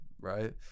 right